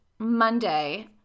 Monday